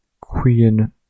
Queen